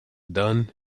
done